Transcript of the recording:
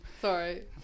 Sorry